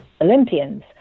Olympians